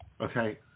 okay